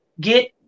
get